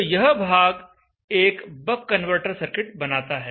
तो यह भाग एक बक कन्वर्टर सर्किट बनाता है